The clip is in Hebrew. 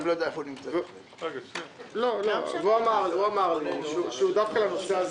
הוא אמר לי שהנושא הזה